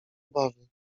obawy